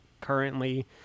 currently